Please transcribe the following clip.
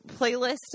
playlist